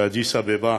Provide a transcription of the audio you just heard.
באדיס-אבבה,